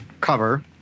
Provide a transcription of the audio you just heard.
cover